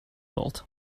bolt